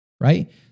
right